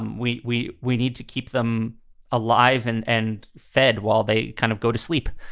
um we we we need to keep them alive and and fed while they kind of go to sleep.